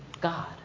God